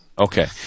Okay